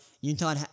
Utah